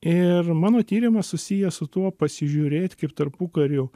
ir mano tyrimas susijęs su tuo pasižiūrėt kaip tarpukariu